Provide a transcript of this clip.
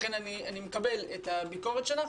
לכן אני מקבל את הביקורת שלך,